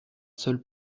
seul